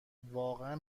واقعا